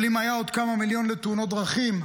אבל אם היו עוד כמה מיליונים לתאונות דרכים,